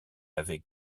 avait